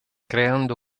creando